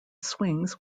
swings